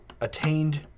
attained